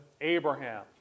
Abraham